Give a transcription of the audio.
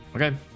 Okay